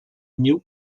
mil